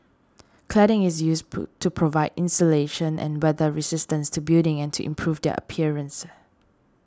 cladding is used pool to provide insulation and weather resistance to buildings and to improve their appearance